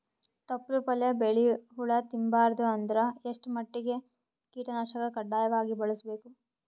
ತೊಪ್ಲ ಪಲ್ಯ ಬೆಳಿ ಹುಳ ತಿಂಬಾರದ ಅಂದ್ರ ಎಷ್ಟ ಮಟ್ಟಿಗ ಕೀಟನಾಶಕ ಕಡ್ಡಾಯವಾಗಿ ಬಳಸಬೇಕು?